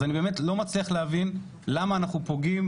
אז אני באמת לא מצליח להבין למה אנחנו פוגעים,